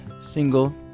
single